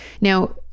Now